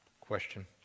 Question